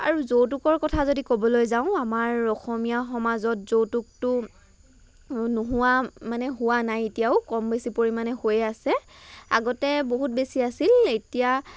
আৰু যৌতুকৰ কথা যদি ক'বলৈ যাওঁ আমাৰ অসমীয়া সমাজত যৌতুকটো নোহোৱা মানে হোৱা নাই এতিয়াও কম বেছি পৰিমাণে হৈয়ে আছে আগতে বহুত বেছি আছিল এতিয়া